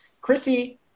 Chrissy